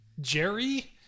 Jerry